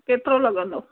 केतिरो लॻंदो